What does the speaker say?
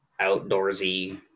outdoorsy